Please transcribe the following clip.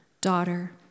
Daughter